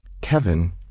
Kevin